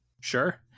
Sure